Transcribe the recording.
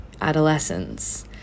adolescence